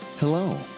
Hello